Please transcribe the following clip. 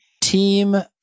team